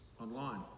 online